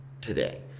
today